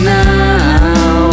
now